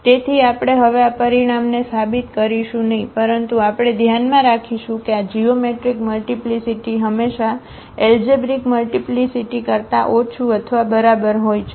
તેથી આપણે હવે આ પરિણામને સાબિત કરીશું નહીં પરંતુ આપણે ધ્યાનમાં રાખીશું કે આ જીઓમેટ્રિક મલ્ટીપ્લીસીટી હંમેશા એલજેબ્રિક મલ્ટીપ્લીસીટી કરતા ઓછું અથવા બરાબર હોય છે